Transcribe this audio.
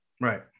right